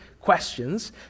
questions